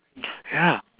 ya